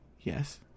Yes